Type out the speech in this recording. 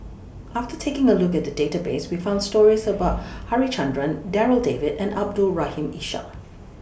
after taking A Look At The Database We found stories about Harichandra Darryl David and Abdul Rahim Ishak